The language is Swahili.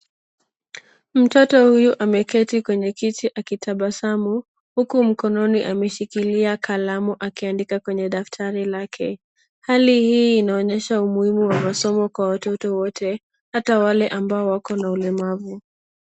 Mtoto huyu ameketi kwenye kiti akitabasamu, huku mkononi ameshikila kalamu akiandika kwenye daftari lake. Hali hii inaonyesha umuhimu wa masomo kwa watoto wote, hata wale ambao wako na ulemavu.